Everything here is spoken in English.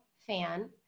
fan